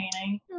painting